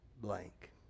blank